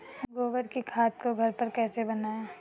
गोबर की खाद को घर पर कैसे बनाएँ?